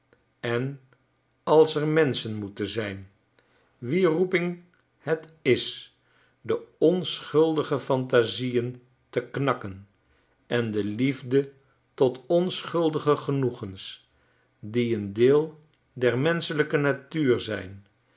en als er menschen moeten zijn wier roeping het is de onschuldige fantasieefr te knakken en de liefde tot onschuldige genoegens die een deel der menschelijke natuur zijn